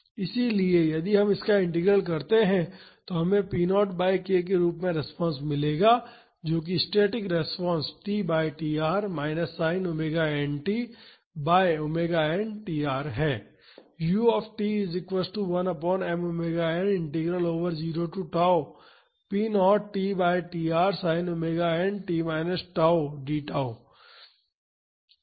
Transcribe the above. इसलिए यदि हम इसका इंटीग्रल करते है तो हमें p 0 बाई k के रूप में रिस्पांस मिलेगा जो कि static response t by tr minus sine omega n t by omega n tr है